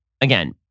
again